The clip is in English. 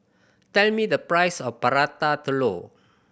tell me the price of Prata Telur